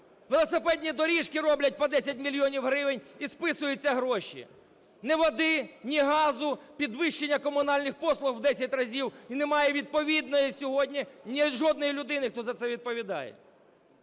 Велосипедні доріжки роблять по 10 мільйонів гривень і списуються гроші! Ні води, ні газу, підвищення комунальних послуг в 10 разів. І немає відповідної сьогодні… жодної людини, хто за це відповідає.